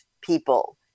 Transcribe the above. people